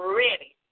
ready